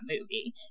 movie